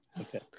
Okay